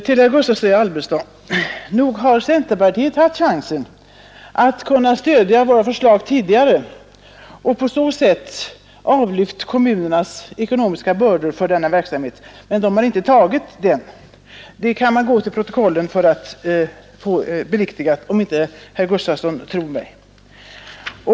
Herr talman! Nog har centerpartiet, herr Gustavsson i Alvesta, haft chansen att kunna stödja våra förslag tidigare och på så sätt avlyfta från kommunerna ekonomiska bördor orsakade av denna verksamhet. Men centern har inte tagit den chansen. Det kan man gå till protokollet för att få bevisat, om inte herr Gustavsson tror mig.